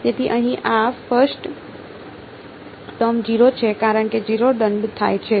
તેથી અહીં આ ફર્સ્ટ ટર્મ 0 છે કારણ કે 0 દંડ થાય છે